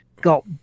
got